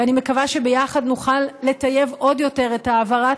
ואני מקווה שביחד נוכל לטייב עוד יותר את העברת